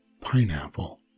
pineapple